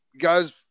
guys